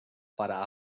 para